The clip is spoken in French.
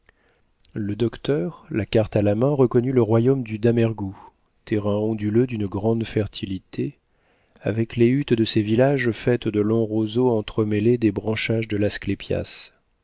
le docteur la carte à la main reconnut le royaume du damerghou terrain onduleux d'une grande fertilité avec les huttes de ses villages faites de longs roseaux entremêlés des branchages de l'asclepia